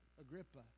Agrippa